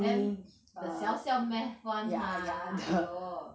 then the siao siao math [one] !huh! !aiyo!